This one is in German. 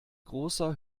großer